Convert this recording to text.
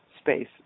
space